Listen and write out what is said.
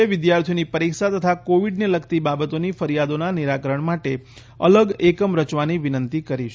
એ વિદ્યાર્થીઓની પરીક્ષા તથા કોવિડને લગતી બાબતોની ફરિયાદોના નિરાકરણ માટે અલગ એકમ રચવાની વિનંતી કરી છે